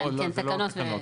לא תקנות,